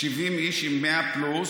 70 איש עם 100 פלוס,